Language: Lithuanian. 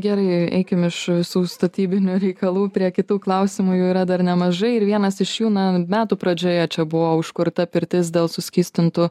gerai eikim iš visų statybinių reikalų prie kitų klausimų jų yra dar nemažai ir vienas iš jų na metų pradžioje čia buvo užkurta pirtis dėl suskystintų